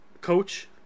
coach